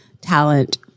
talent